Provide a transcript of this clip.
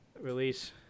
release